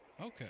Okay